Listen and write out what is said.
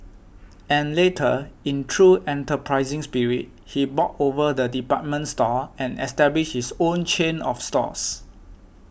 and later in true enterprising spirit he bought over the department store and established his own chain of stores